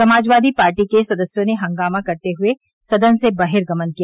Samajwadi party के सदस्यों ने हंगामा करते हए सदन से बर्हिगमन किया